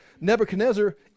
nebuchadnezzar